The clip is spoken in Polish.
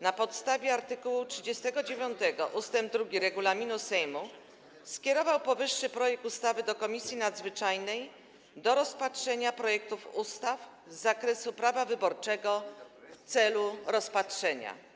na podstawie art. 39 ust. 2 regulaminu Sejmu skierował powyższy projekt ustawy do Komisji Nadzwyczajnej do rozpatrzenia projektów ustaw z zakresu prawa wyborczego w celu rozpatrzenia.